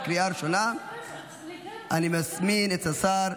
נתקבל בקריאה השנייה והשלישית,